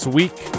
week